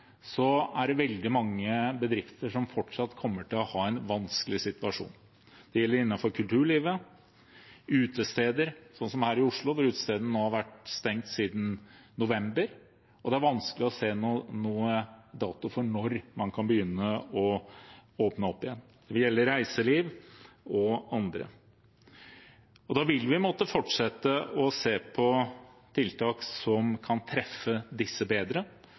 er det veldig mange bedrifter som fortsatt kommer til å ha en vanskelig situasjon. Det gjelder kulturlivet og utesteder – som her i Oslo, hvor utestedene nå har vært stengt siden november, og det er vanskelig å se en dato for når man kan begynne å åpne opp igjen – og det gjelder reiseliv og andre. Da vil vi måtte fortsette å se på tiltak som kan treffe disse bedre,